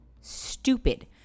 stupid